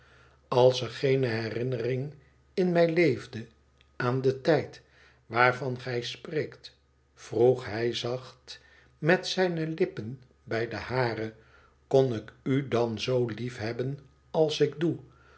lals er geene herinnering in mij leefde aan den tijd waarvan gij spreekt vroeg hij zacht met zijne lippen bij de hare kon ik u dan zoo hef hebben als ik doe